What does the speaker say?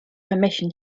permission